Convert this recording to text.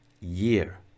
year